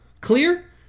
clear